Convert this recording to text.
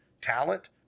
Talent